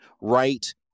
right